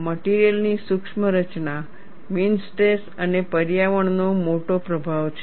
material ની સૂક્ષ્મ રચના મીન સ્ટ્રેસ અને પર્યાવરણ નો મોટો પ્રભાવ છે